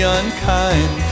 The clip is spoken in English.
unkind